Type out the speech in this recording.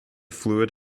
fluid